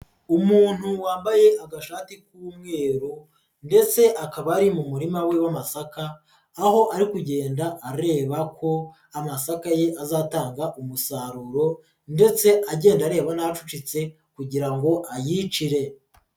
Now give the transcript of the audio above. Umuntu wambaye agashati k'umweru ndetse akaba ari mu murima we w'amasaka, aho ari kugenda areba ko amasaka ye azatanga umusaruro ndetse agenda areba n'acucitse kugira ngo ayicire.